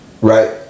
right